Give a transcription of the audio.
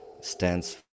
stands